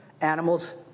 Animals